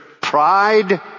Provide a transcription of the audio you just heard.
Pride